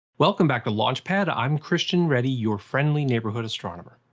welcome back to launch pad, i'm christian ready, your friendly neighborhood astronomer.